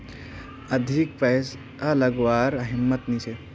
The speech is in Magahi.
अधिक पैसा लागवार हिम्मत नी छे